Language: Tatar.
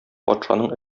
патшаның